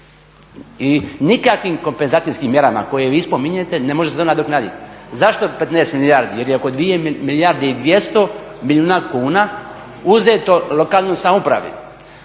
I nikakvim kompenzacijskim mjerama koje vi spominjete ne može se to nadoknaditi. Zašto 15 milijardi? Jer je oko 2 milijarde i 200 milijuna kuna uzeto lokalnoj samoupravi.